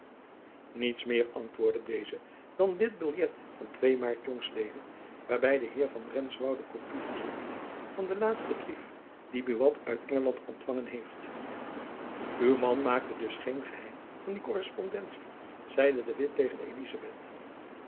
niets meer antwoordde deze dan dit biljet van twee aart jongs l waarby de heer van renswoude kopy verzoekt van den laatsten brief dien buat uit engeland ontfangen heeft uw man maakte dus geen geheim van die korrespondentie zeide de witt tegen elizabeth